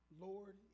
Lord